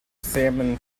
salmon